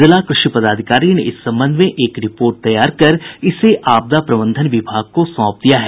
जिला कृषि पदाधिकारी ने इस संबंध में एक रिपोर्ट तैयार कर इसे आपदा प्रबंधन विभाग को सौंप दिया है